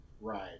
Right